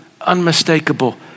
unmistakable